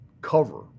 cover